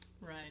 Right